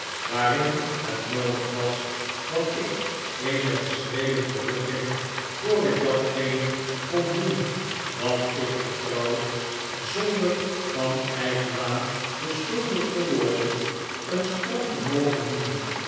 waarin het noodig was dat ik eenige schreden terugging voor ik datgene kon doen wat ik vertrouw zonder van eigenwaan beschuldigd te worden een sprong te mogen noemen